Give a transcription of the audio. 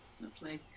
lovely